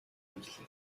ирлээ